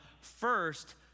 first